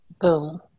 boom